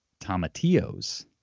tomatillos